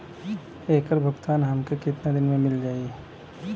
ऐकर भुगतान हमके कितना दिन में मील जाई?